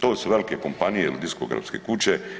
To su velike kompanije ili diskografske kuće.